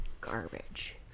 garbage